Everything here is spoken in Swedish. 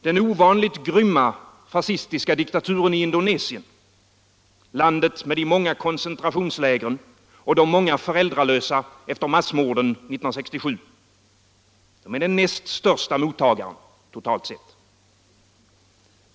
Den ovanligt grymma fascistiska diktaturen i Indonesien — landet med de många koncentrationslägren och de många föräldralösa efter massmorden 1967 — är näst största mottagare totalt sett.